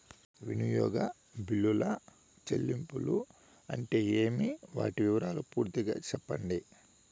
వినియోగ బిల్లుల చెల్లింపులు అంటే ఏమి? వాటి వివరాలు పూర్తిగా సెప్పండి?